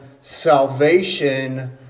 salvation